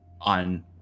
on